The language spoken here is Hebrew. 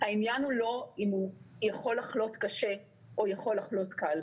העניין הוא לא אם הוא יכול לחלות קשה או יכול לחלות קל.